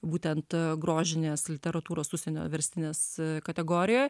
būtent grožinės literatūros užsienio verstinės kategorijoj